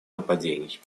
нападений